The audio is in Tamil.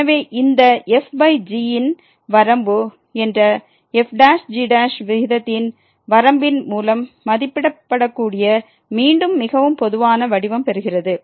எனவே இந்த fg ன் வரம்பு என்ற f gவிகிதத்தின் வரம்பின் மூலம் மதிப்பிடப்படக்கூடிய மீண்டும் மிகவும் பொதுவான வடிவம் பெறுகிறது